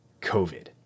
COVID